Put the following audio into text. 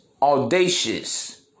Audacious